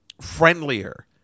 friendlier